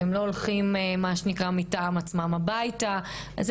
שהם לא הולכים מטעם עצמם הביתה - זה